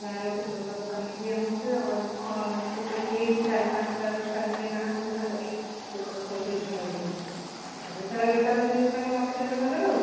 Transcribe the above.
ଗାଁ'ରେ ଗୋଟେ ଭଲ ଦୋକାନ ହେଇଛି ଆମର ଟୋଟାଲି ଏଇ ଚାରି ପାଞ୍ଚଟା ଦଶ'ଟା ଖଣ୍ଡେ ଗାଁ ସବୁ ତାଙ୍କ ବି ଦୋକାନରୁ ସବୁ ଜିନିଷ ନେଉଛନ୍ତି ବହୁତ ସାରା ବେପାର ହେଉଛି ନୁହଁ ତାଙ୍କ ଲକ୍ଷ ଲକ୍ଷ ଟଙ୍କାରେ ଆଉ